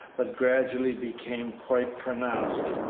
but gradually became quite pronounced.